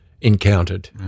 encountered